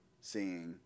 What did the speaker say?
seeing